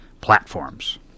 platforms